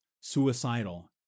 suicidal